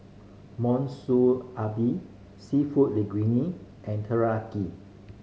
Monsunabe Seafood Linguine and Teriyaki